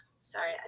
sorry